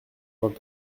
vingt